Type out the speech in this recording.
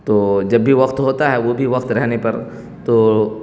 تو جب بھی وقت ہوتا ہے وہ بھی وقت رہنے پر تو